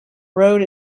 road